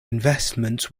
investments